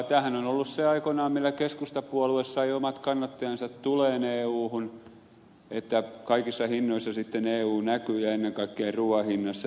tämähän on ollut aikoinaan se millä keskustapuolue sai omat kannattajansa tulemaan euhun että kaikissa hinnoissa sitten eu näkyy ja ennen kaikkea ruuan hinnassa